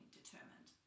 determined